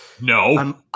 No